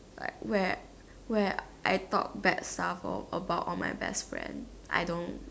right where where I talk bad stuff all about all my best friend I don't